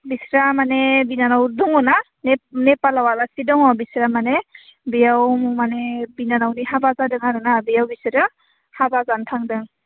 बिस्रा माने बिनानाव दङ ना नेपालाव आलासि दङ बिसोरा माने बियाव माने बिनानावनि हाबा जादों आरोना बेयाव बिसोरो हाबा जानो थांदों